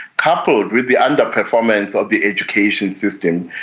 coupled with the underperformance of the education system,